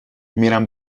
میرم